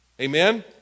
Amen